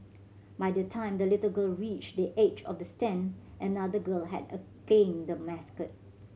by the time the little girl reached the edge of the stand another girl had claimed the mascot